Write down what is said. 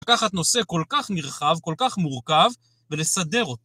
לקחת נושא כל כך נרחב, כל כך מורכב, ולסדר אותו.